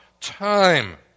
time